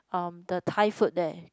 uh the Thai food there